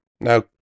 Now